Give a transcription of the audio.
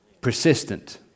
persistent